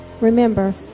Remember